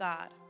God